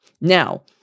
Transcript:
Now